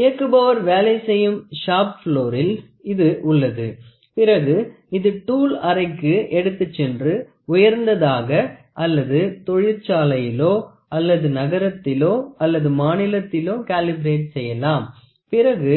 இயக்குபவர் வேலை செய்யும் ஷாப் பிளோரில் இது உள்ளது பிறகு இது டூல் அறைக்கு எடுத்துச் சென்று உயர்ந்ததாக தொழிற்சாலையிலோ அல்லது நகரத்திலோ அல்லது மாநிலத்திலும் காலிபெரேட் செய்யலாம் பிறகு